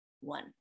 one